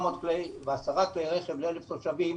-- -כלי רכב ל-1,000 תושבים,